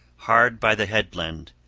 hard by the headland,